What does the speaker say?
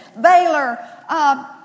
Baylor